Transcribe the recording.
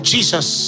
Jesus